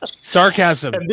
sarcasm